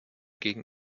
gegen